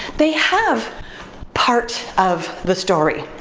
they have part of the story.